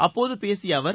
அப்போது பேசிய அவர்